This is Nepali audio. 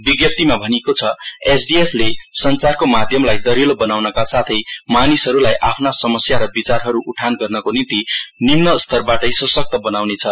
विज्ञप्तिमा भनिएको छ एसडीएफ ले सञ्चारको माध्यमलाई दह्निलो बनाउनका साथै मानिसहरूलाई आफ्ना समस्या र विचारहरू उठान गर्नको निम्ति निम्नस्तरबाटै सशक्त बनाउनेछ